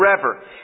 forever